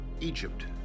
Egypt